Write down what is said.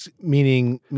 meaning